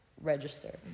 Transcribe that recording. register